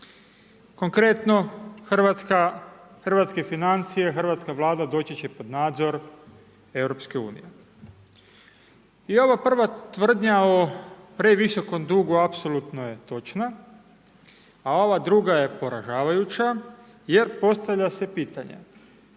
Konkretno hrvatske financije, hrvatska Vlada doći će pod nadzor EU. I ova prva tvrdnja o previsokom dugu apsolutno je točna, a ova druga je poražavajuća jer postavlja se pitanje,